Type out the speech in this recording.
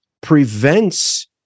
prevents